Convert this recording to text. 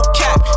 cap